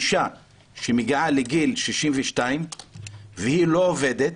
אישה שמגיעה לגיל 62 והיא לא עובדת,